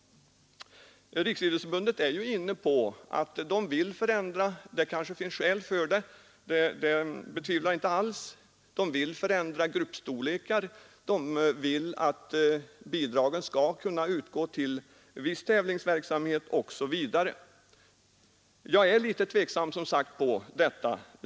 Riksidrottsförbundet är inne på att ändra gruppstorleken — och jag tvivlar inte på att det finns skäl för det — och vill att bidrag skall kunna utgå till viss tävlingsverksamhet osv. Men jag är litet tveksam i det fallet.